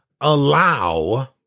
allow